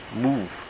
move